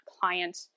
client